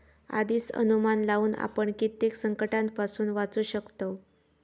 आधीच अनुमान लावुन आपण कित्येक संकंटांपासून वाचू शकतव